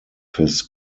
his